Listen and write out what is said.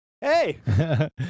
Hey